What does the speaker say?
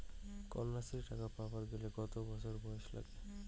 কন্যাশ্রী টাকা পাবার গেলে কতো বছর বয়স লাগে?